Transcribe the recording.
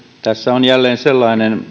tässä on jälleen sellainen